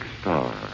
Star